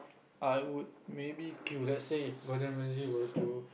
I would maybe queue let's say Gordon-Ramsey were to